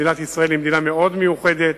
מדינת ישראל היא מדינה מאוד מיוחדת,